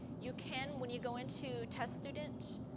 you can when you go into test student.